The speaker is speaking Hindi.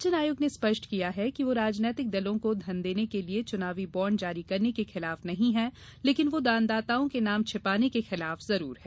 निर्वाचन आयोग ने स्पष्ट किया कि वह राजनीतिक दलों को धन देने के लिए चुनावी बॉण्ड जारी करने के खिलाफ नहीं है लेकिन वह दानदाताओं के नाम छिपाने के खिलाफ जरूर है